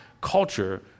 culture